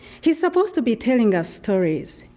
he's supposed to be telling us stories.